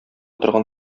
торган